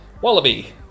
Wallaby